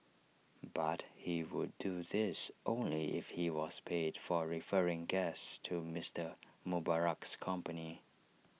but he would do this only if he was paid for referring guests to Mister Mubarak's company